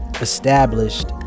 established